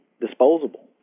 disposable